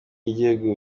ry’igihugu